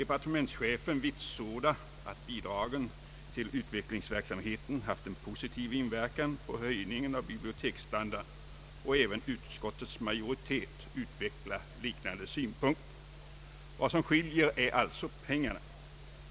Departe mentschefen vitsordar att bidragen till utvecklingsverksamheten haft en positiv inverkan på höjningen av biblioteksstandarden, och även utskottets majoritet utvecklar liknande synpunkter. Vad som skiljer är alltså pengarna.